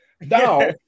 Now